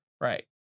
Right